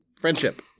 Friendship